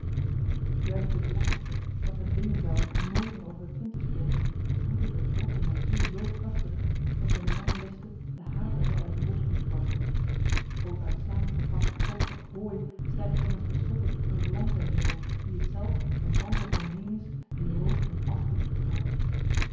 juist dit laatste dat me dwingen zou nooit meer over het kind te spreken voedde de wrok in mijn ziel zoo krachtig dat ten lange leste de haat er wel uit los moest barsten ook uit samengepakt vochtig hooi stijgt immers ten slotte een vlam ten hemel die t zelf en al wat er om heen is in rook en asch doet opgaan